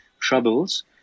troubles